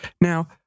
now